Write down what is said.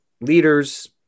leaders